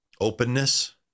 openness